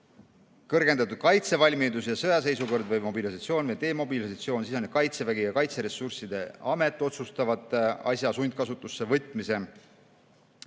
kõrgendatud kaitsevalmidus ja sõjaseisukord või mobilisatsioon või demobilisatsioon, siis Kaitsevägi ja Kaitseressursside Amet otsustavad asja sundkasutusse võtmise.